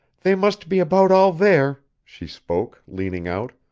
they must be about all there, she spoke, leaning out.